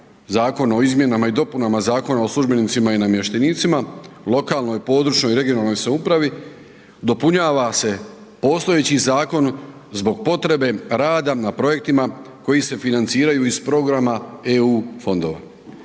Zakona o izmjenama i dopunama Zakona o službenicima i namještenicima u lokalnoj i područnoj (regionalnoj) samoupravi dopunjava se postojeći zakon zbog potrebe rada na projektima koji se financiraju iz programa EU fondova.